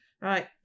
right